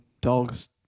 dogs